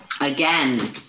Again